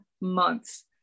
months